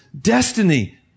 destiny